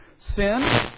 sin